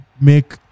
make